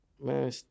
man